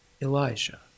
Elijah